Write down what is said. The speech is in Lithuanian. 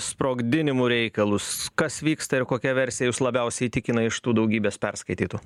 sprogdinimų reikalus kas vyksta ir kokia versija jus labiausiai įtikina iš tų daugybės perskaitytų